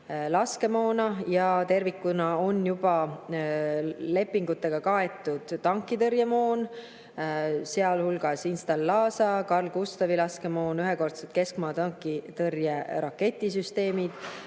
ja tervikuna on juba lepingutega kaetud tankitõrjemoon, sealhulgas Instalaza ja Carl-Gustavi laskemoon, ühekordsed keskmaa tankitõrje raketisüsteemid.